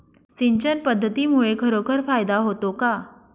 सिंचन पद्धतीमुळे खरोखर फायदा होतो का?